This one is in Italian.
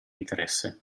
interesse